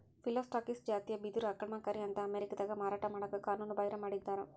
Phyllostachys ಜಾತಿಯ ಬಿದಿರು ಆಕ್ರಮಣಕಾರಿ ಅಂತ ಅಮೇರಿಕಾದಾಗ ಮಾರಾಟ ಮಾಡಕ ಕಾನೂನುಬಾಹಿರ ಮಾಡಿದ್ದಾರ